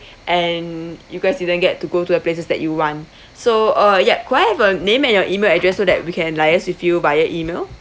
and you guys didn't get to go to the places that you want so uh ya could I have a name and your email address so that we can liaise with you via email